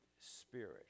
spirit